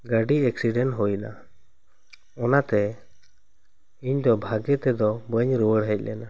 ᱜᱟᱹᱰᱤ ᱮᱠᱥᱤᱰᱮᱱᱴ ᱦᱩᱭ ᱮᱱᱟ ᱚᱱᱟᱛᱮ ᱤᱧ ᱫᱚ ᱵᱷᱟᱜᱮ ᱛᱮ ᱫᱚ ᱵᱟᱹᱧ ᱨᱩᱣᱟᱹᱲ ᱦᱮᱡ ᱞᱮᱱᱟ